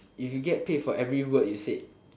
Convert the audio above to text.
if you get paid for every word you said